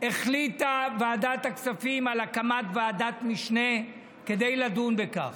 החליטה ועדת הכספים על הקמת ועדת משנה כדי לדון בכך.